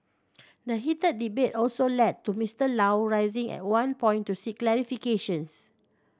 the heated debate also led to Mister Low rising at one point to seek clarifications